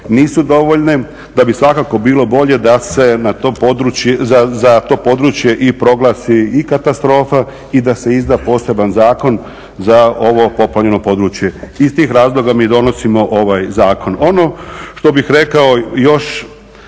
nisu dovoljne, da bi svakako bilo bolje da se za to područje i proglasi i katastrofa i da se izda poseban zakon za ovo poplavljeno područje. Iz tih razloga mi donosimo ovaj zakon. Ono što bih rekao još